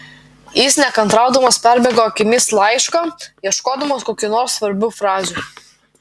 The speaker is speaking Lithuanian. jis nekantraudamas perbėgo akimis laišką ieškodamas kokių nors svarbių frazių